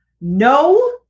No